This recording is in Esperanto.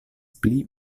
pli